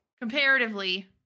Comparatively